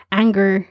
anger